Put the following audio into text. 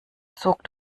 zog